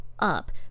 Up